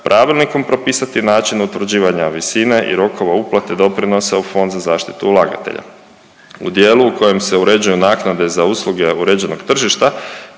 pravilnikom propisati način utvrđivanja visine i rokova uplate doprinosa u Fond za zaštitu ulagatelja. U dijelu u kojem se uređuju naknade za usluge uređenog tržišta,